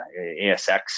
ASX